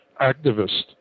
activist